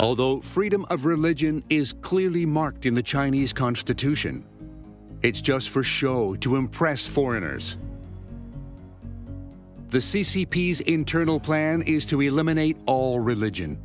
although freedom of religion is clearly marked in the chinese constitution it's just for show to impress foreigners the c c p internal plan is to eliminate all religion